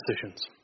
decisions